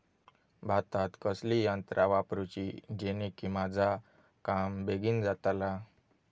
भातात कसली यांत्रा वापरुची जेनेकी माझा काम बेगीन जातला?